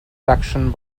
section